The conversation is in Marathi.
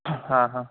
हां हां